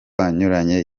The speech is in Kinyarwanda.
anyuranye